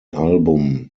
album